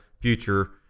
future